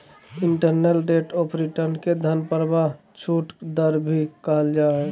internal rate of return के धन प्रवाह छूट दर भी कहल जा हय